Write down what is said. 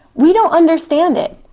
we don't understand it,